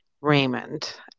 Raymond